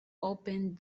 opened